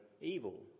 evil